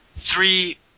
three